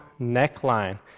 neckline